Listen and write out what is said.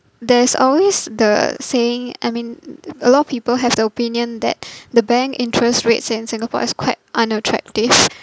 there is always the saying I mean a lot of people have the opinion that the bank interest rates in Singapore is quite unattractive